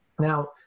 now